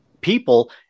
people